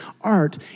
art